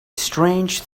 strange